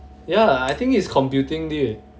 ya I think it's computing dude